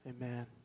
Amen